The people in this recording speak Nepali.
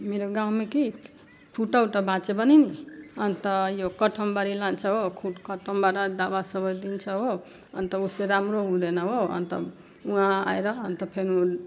मेरो गाउँमा कि खुट्टाउट्टा भाँचियो भने नि अन्त यो कठमबारी लान्छ हो खुट कठमबारीबाट दबासबा दिन्छ हो अन्त उसै राम्रो हुँदैन हो अन्त वहाँ आएर अन्त फेरि उ